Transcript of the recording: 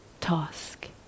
task